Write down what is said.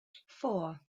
four